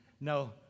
No